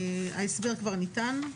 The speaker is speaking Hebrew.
ההסבר כבר ניתן,